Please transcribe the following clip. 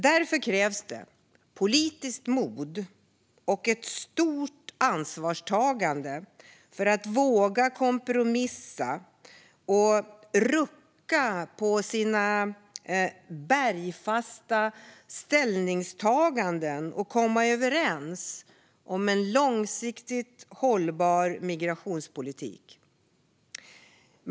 Därför krävs det politiskt mod och ett stort ansvarstagande för att våga kompromissa och rucka på bergfasta ställningstaganden och komma överens om en långsiktigt hållbar migrationspolitik.